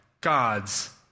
God's